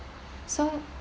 so